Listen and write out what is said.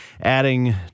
adding